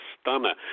stunner